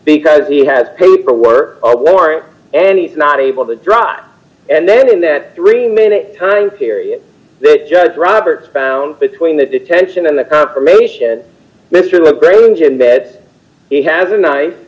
because he has paperwork or a warrant and he's not able to drive and then in that three minute time theory that judge roberts found between the detention and the confirmation mr le grange and that he has a ni